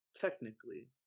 Technically